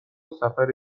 سفر